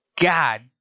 God